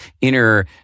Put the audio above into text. inner